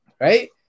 right